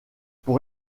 pour